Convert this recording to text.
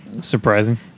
Surprising